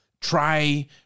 try